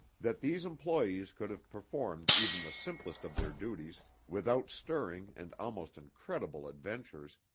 that these employees could have performed even the simplest of their duties, without stirring and almost incredible adventures,